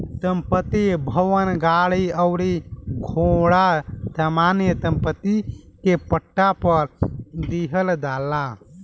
संपत्ति, भवन, गाड़ी अउरी घोड़ा सामान्य सम्पत्ति के पट्टा पर दीहल जाला